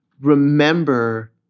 remember